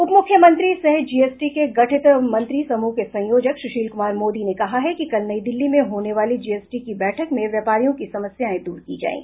उपमुख्यमंत्री सह जीएसटी के गठित मंत्री समूह के संयोजक सुशील कुमार मोदी ने कहा है कि कल नई दिल्ली में होने वाली जीएसटी की बैठक में व्यापारियों की समस्याएं दूर की जायेगी